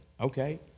okay